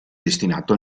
destinato